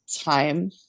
time